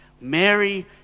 Mary